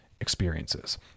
experiences